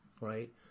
right